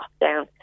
down